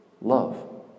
love